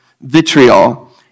vitriol